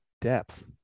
depth